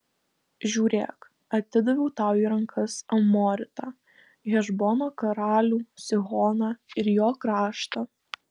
žiūrėk atidaviau tau į rankas amoritą hešbono karalių sihoną ir jo kraštą